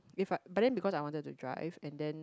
if I but then because I wanted to drive and then